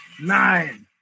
Nine